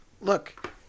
look